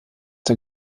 der